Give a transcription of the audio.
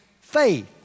faith